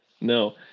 No